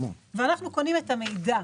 ואנחנו קונים את המידע.